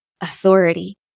authority